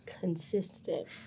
consistent